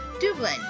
Dublin